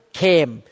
came